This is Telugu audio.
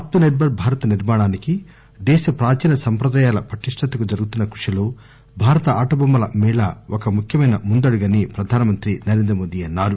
ఆత్మనిర్బర్ భారత నిర్మాణానికి దేశ ప్రాచీన సంప్రదాయాల పటిష్టతకు జరుగుతున్న కృషిలో భారత ఆట బొమ్మల మేళా ఒక ముఖ్యమైన ముందడుగు అని ప్రధాన మంత్రి నరేంద్ర మోదీ అన్సారు